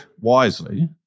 wisely